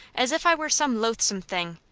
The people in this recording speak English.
as if i were some loathsome thing!